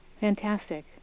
Fantastic